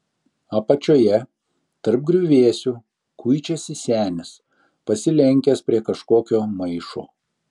apačioje tarp griuvėsių kuičiasi senis pasilenkęs prie kažkokio maišo